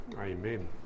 Amen